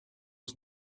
was